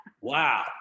wow